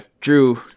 drew